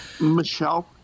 Michelle